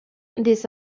this